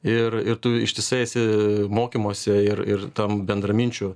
ir ir tu ištisai esi mokymuose ir ir tam bendraminčių